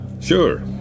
sure